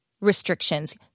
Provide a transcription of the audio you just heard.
restrictions